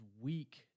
weak